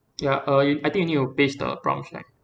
ya uh you I think you need to paste the prompts right